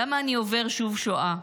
למה אני עובר שוב שואה,